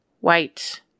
white